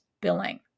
billing